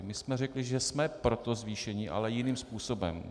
My jsme řekli, že jsme pro to zvýšení, ale jiným způsobem.